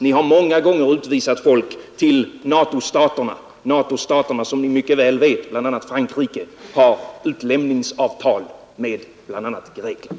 Ni har många gånger utvisat folk till NATO-staterna. Ni vet mycket väl att de, bl.a. Frankrike, har utlämningsavtal med t.ex. Grekland.